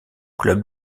club